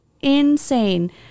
insane